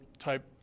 type